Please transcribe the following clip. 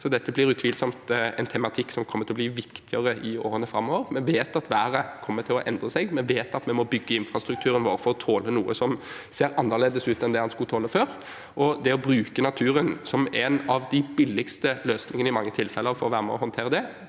Dette er utvilsomt en tematikk som kommer til å bli viktigere i årene framover. Vi vet at været kommer til å endre seg, og vi vet at vi må bygge infrastrukturen vår for å tåle noe som ser annerledes ut enn det den skulle tåle før. Det å bruke naturen som en av de billigste løsningene, i mange tilfeller, for være med